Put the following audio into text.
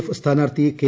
F സ്ഥാനാർഥി K